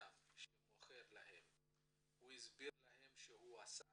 אדם שמכר לכם הסביר לכם שהוא עשה הרחבה,